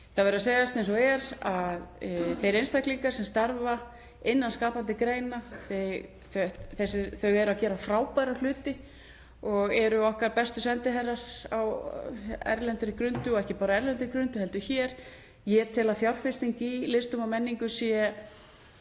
Það verður að segjast eins og er að þeir einstaklingar sem starfa innan skapandi greina eru að gera frábæra hluti og eru okkar bestu sendiherrar á erlendri grundu, og ekki bara á erlendri grundu heldur hér. Ég tel að fjárfesting í listum og menningu sé